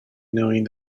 knowing